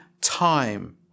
time